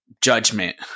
judgment